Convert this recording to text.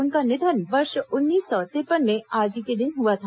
उनका निधन वर्ष उन्नीस सौ तिरपन में आज ही के दिन हुआ था